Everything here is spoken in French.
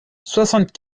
soixante